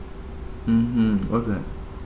mmhmm what's that